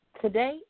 Today